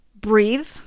Breathe